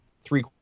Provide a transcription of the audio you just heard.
three